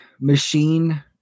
machine